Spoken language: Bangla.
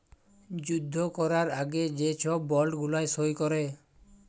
যুদ্ধ ক্যরার আগে যে ছব বল্ড গুলা সই ক্যরে